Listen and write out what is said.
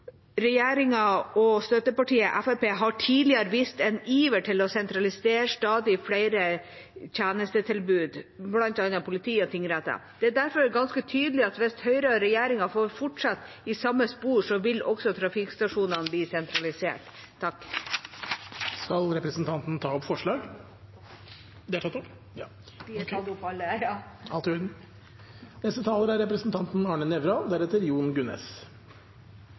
Regjeringa og støttepartiet Fremskrittspartiet har tidligere vist en iver etter å sentralisere stadig flere tjenestetilbud, bl.a. politi og tingretter. Det er derfor ganske tydelig at hvis Høyre og regjeringa får fortsette i samme spor, vil også trafikkstasjonene bli sentralisert.